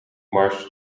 mars